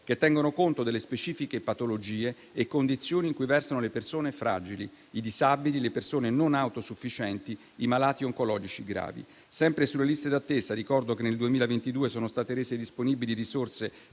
che tengono conto delle specifiche patologie e condizioni in cui versano le persone fragili: i disabili, le persone non autosufficienti, i malati oncologici gravi. Sempre sulle liste d'attesa, ricordo che nel 2022 sono state rese disponibili risorse